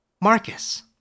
Marcus